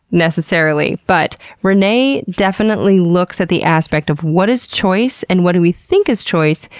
necessarily. but renee definitely looks at the aspect of what is choice and what do we think is choice,